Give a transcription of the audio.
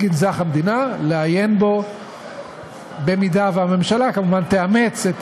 בגנזך המדינה, במידה שהממשלה כמובן תאמץ את